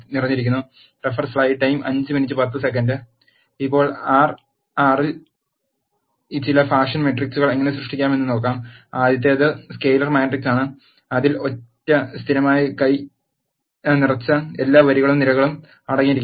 ഇപ്പോൾ ആർ എറിൽ ചില ഫാഷൻ മെട്രിക്സുകൾ എങ്ങനെ സൃഷ്ടിക്കാമെന്ന് നോക്കാം ആദ്യത്തേത് സ്കെയിലർ മാട്രിക്സ് ആണ് അതിൽ ഒറ്റ സ്ഥിരമായ കെ നിറച്ച എല്ലാ വരികളും നിരകളും അടങ്ങിയിരിക്കുന്നു